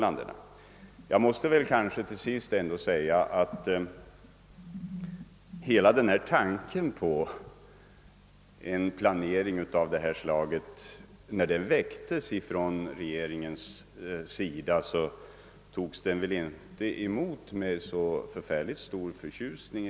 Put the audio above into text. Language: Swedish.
Jag bör kanske till sist erinra om att när själva tanken på en planering av det här slaget väcktes av regeringen togs den inte emot med särskilt stor förtjusning.